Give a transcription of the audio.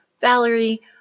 Valerie